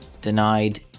denied